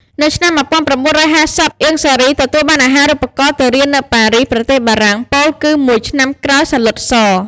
នៅឆ្នាំ១៩៥០ អៀង សារី ទទួលបានអាហារូបករណ៍ទៅរៀននៅប៉ារីស ប្រទេសបារាំង ពោលគឺ មួយឆ្នាំក្រោយសាឡុត ស។